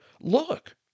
Look